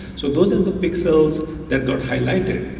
so those are the pixels that got highlighted,